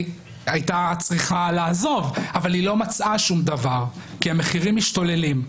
היא הייתה צריכה לעזוב אבל היא לא מצאה שום דבר כי המחירים משתוללים.